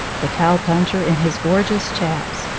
the cow-puncher in his gorgeous chaps,